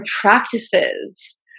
practices